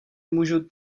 můžu